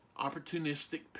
opportunistic